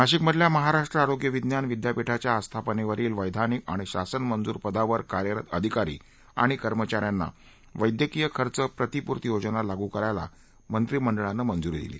नाशिक मधल्या महाराष्ट्र आरोग्य विज्ञान विद्यापीठाच्या आस्थापनेवरील वैधानिक आणि शासन मंजूर पदावर कार्यरत अधिकारी आणि कर्मचाऱ्यांना वैद्यकीय खर्च प्रतिपूर्ती योजना लागू करायला मंत्रीमंडळानं मंजूरी दिली